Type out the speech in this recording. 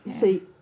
see